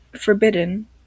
forbidden